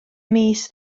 mis